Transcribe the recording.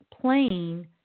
plain